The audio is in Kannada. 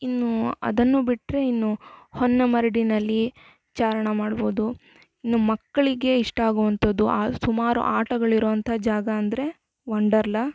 ಇನ್ನೂ ಅದನ್ನು ಬಿಟ್ಟರೆ ಇನ್ನು ಹೊನ್ನಮ್ಮ ರಿಡಿನಲ್ಲಿ ಚಾರಣ ಮಾಡ್ಬೋದು ಇನ್ನು ಮಕ್ಕಳಿಗೆ ಇಷ್ಟ ಆಗೋವಂಥದ್ದು ಆ ಸುಮಾರು ಆಟಗಳಿರೋ ಅಂತ ಜಾಗ ಅಂದರೆ ವಂಡರ್ಲಾ